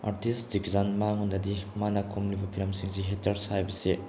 artist ꯖꯦꯛꯀꯤ ꯆꯥꯟ ꯃꯉꯣꯟꯗꯗꯤ ꯃꯥꯅ ꯀꯨꯝꯂꯤꯕ ꯐꯤꯂꯝꯁꯤꯡꯁꯤ ꯍꯦꯠꯇ꯭ꯔꯁ ꯍꯥꯏꯕꯁꯤ